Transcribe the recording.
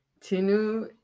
Tinu